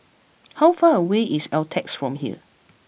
how far away is Altez from here